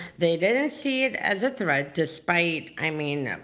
they didn't see it as a threat despite, i mean,